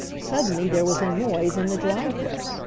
suddenly there was a noise in the driveway!